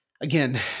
again